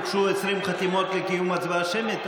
הוגשו 20 חתימות לקיום הצבעה שמית,